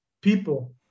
people